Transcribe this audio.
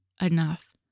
enough